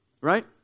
right